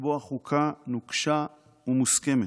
לקבוע חוקה נוקשה ומוסכמת.